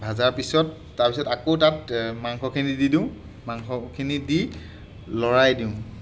ভাজাৰ পিছত তাৰপিছত আকৌ তাত মাংসখিনি দি দিওঁ মাংসখিনি দি লৰাই দিওঁ